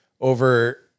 over